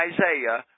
Isaiah